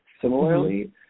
similarly